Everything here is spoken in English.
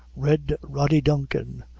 red rody duncan,